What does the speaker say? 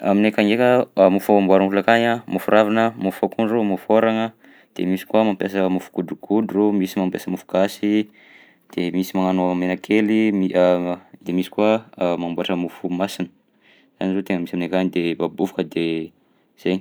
Aminay akagny ndraika, mofo amboarin'olona akagny a: mofo ravina, mofo akondro, mofo ôragna, de misy koa mampiasa mofo godrogodro, misy mampiasa mofo gasy, de misy magnano menakely ny de misy koa mamboatra mofo masina, zany zao tegna misy aminay akagny, de babofoka de zainy.